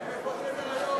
(הישיבה נפסקה